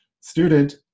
Student